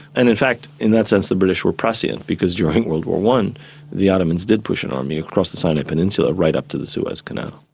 and in fact in that sense the british were prescient because during world war i the ottomans did push an army across the sinai peninsula right up to the suez canal.